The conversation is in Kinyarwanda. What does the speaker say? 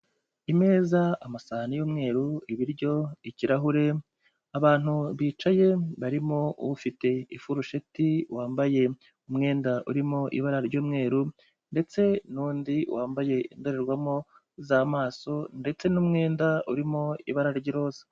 Imeza, amasahani y'umweru, ibiryo, ikirahure, abantu bicaye barimo ufite ifurusheti, wambaye umwenda urimo ibara ry'umweru, ndetse n'undi wambaye indorerwamo z'amaso ndetse n'umwenda urimo ibara ry'iroza.